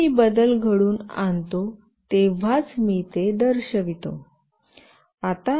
जेव्हा मी बदल घडवून आणतो तेव्हाच मी ते दर्शवितो